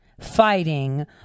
fighting